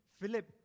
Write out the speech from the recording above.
Philip